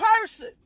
person